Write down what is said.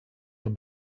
can